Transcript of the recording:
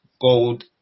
gold